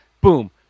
Boom